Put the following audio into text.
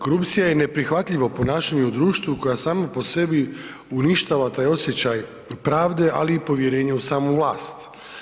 Korupcija je neprihvatljivo ponašanje u društvu koja sama po sebi uništava taj osjećaj pravde, ali i povjerenja u samu vlast.